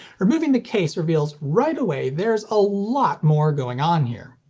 removing the case reveals right away there's a lot more going on here.